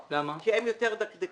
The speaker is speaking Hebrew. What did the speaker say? וכן המציא